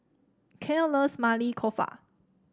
Kael loves Maili Kofta